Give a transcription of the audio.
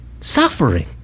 suffering